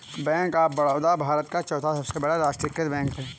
bank of Baroda Bharat का चौथा सबसे बड़ा राष्ट्रीयकृत बैंक है